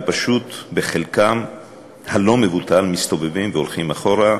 הם פשוט בחלקם הלא-מבוטל מסתובבים והולכים אחורה.